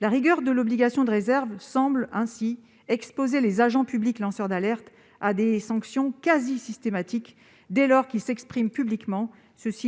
La rigueur de l'obligation de réserve semble ainsi exposer les agents publics lanceurs d'alerte à des sanctions quasi systématiques dès lors qu'ils s'expriment publiquement,